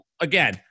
Again